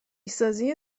سازی